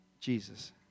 Jesus